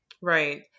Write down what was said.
right